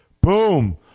Boom